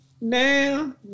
Now